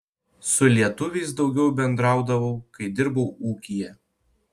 su lietuviais daugiau bendraudavau kai dirbau ūkyje